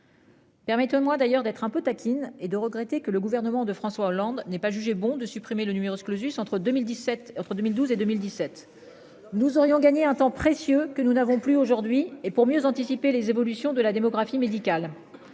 Permettez-moi d'ailleurs d'être un peu taquine. Et de regretter que le gouvernement de François Hollande n'est pas jugé bon de supprimer le numerus clausus entre 2017, entre 2012 et 2017. Nous aurions gagné un temps précieux que nous n'avons plus aujourd'hui. Et pour mieux anticiper les évolutions de la démographie médicale.